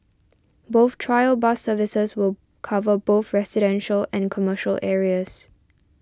both trial bus services will cover both residential and commercial areas